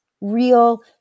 real